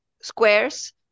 squares